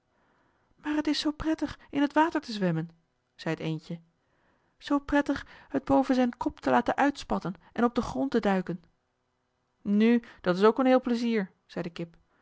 maar het is zoo prettig in het water te zwemmen zei het eendje zoo prettig het boven zijn kop te laten uitspatten en op den grond te duiken nu dat is ook een heel plezier zei de kip